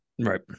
Right